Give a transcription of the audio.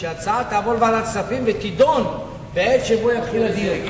שההצעה תעבור לוועדת הכספים ותידון בעת שבה יתחיל הדיון.